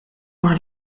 por